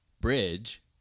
bridge